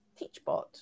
TeachBot